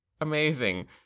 Amazing